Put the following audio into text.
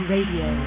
Radio